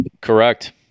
Correct